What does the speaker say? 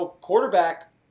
quarterback